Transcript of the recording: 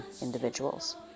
individuals